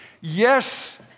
Yes